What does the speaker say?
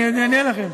אני אענה לכם.